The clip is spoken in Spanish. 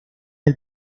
del